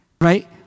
right